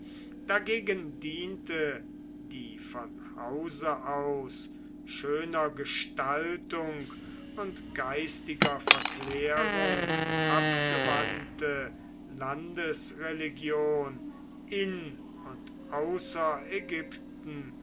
dagegen diente die von hause aus schöner gestaltung und geistiger verklärung abgewandte landesreligion in und